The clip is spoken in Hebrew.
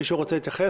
מישהו מבקש להתייחס?